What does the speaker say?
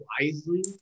wisely